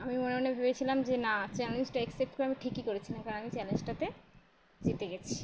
আমি মনে মনে ভেবেছিলাম যে না চ্যালেঞ্জটা অ্যাকসেপ্ট করে আমি ঠিকই করেছিলাম কারণ আমি চ্যালেঞ্জটাতে যেতে গেছি